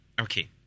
Okay